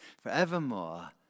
forevermore